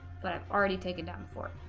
but i've already taken down for